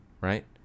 Right